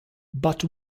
but